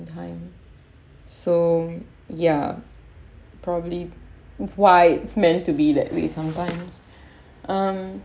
time so ya probably why it's meant to be that way sometimes um